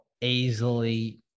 easily